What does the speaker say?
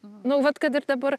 nu vat kad ir dabar